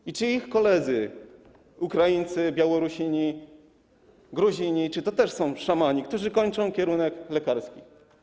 I czy ich koledzy Ukraińcy, Białorusini, Gruzini to też są szamani, którzy kończą kierunek lekarski?